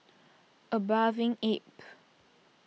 A Bathing Ape